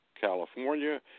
California